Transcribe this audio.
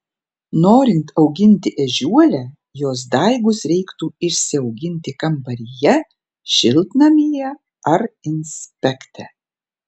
norint auginti ežiuolę jos daigus reiktų išsiauginti kambaryje šiltnamyje ar inspekte